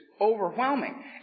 overwhelming